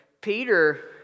Peter